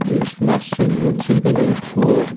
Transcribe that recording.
یُس مَس چھُ میون سُہ چھُ بَنیومُت پھۄہَر